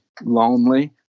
lonely